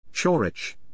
Chorich